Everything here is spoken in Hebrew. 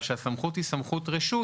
אבל הסמכות היא רשות.